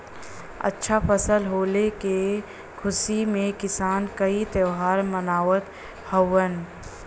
अच्छा फसल होले के खुशी में किसान कई त्यौहार मनावत हउवन